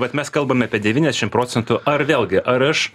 vat mes kalbam apie devyniašim procentų ar vėlgi ar aš